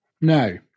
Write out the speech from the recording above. No